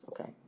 okay